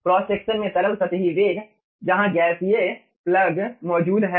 cross section में तरल सतही वेग जहां गैसीय प्लग मौजूद है